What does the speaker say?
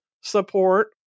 support